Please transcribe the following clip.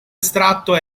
estratto